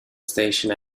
station